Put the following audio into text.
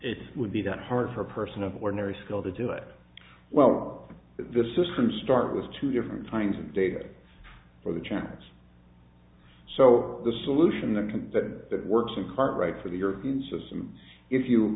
it would be that hard for a person of ordinary skill to do it well not the system start with two different kinds of data for the chance so the solution there can that it works in current right for the european system if you